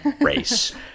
race